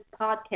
podcast